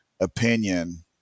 opinion